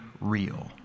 real